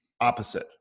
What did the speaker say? opposite